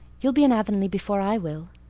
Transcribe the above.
you'll be in avonlea before i will.